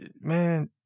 man